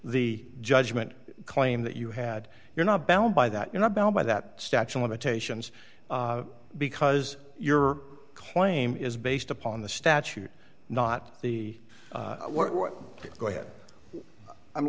the judgment claim that you had you're not bound by that you're not bound by that statue of limitations because your claim is based upon the statute not the go ahead i'm